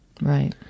Right